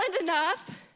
enough